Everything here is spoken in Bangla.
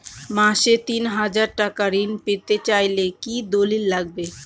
মাসে তিন হাজার টাকা ঋণ পেতে চাইলে কি দলিল লাগবে?